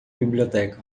biblioteca